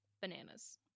bananas